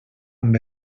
amb